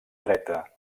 dreta